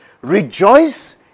Rejoice